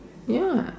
ya